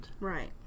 Right